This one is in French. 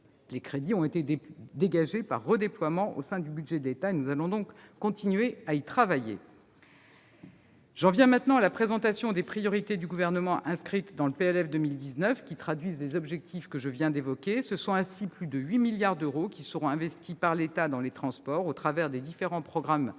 les crédits ayant été dégagés par redéploiement au sein du budget de l'État. Nous allons continuer à y travailler. J'en viens maintenant à la présentation des priorités du Gouvernement inscrites dans le projet de loi de finances pour 2019 qui traduisent les objectifs que je viens d'évoquer. Ce sont ainsi plus de 8 milliards d'euros qui seront investis par l'État dans les transports au travers des différents programmes budgétaires